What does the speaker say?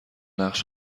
نقش